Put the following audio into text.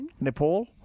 Nepal